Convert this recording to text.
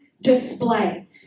display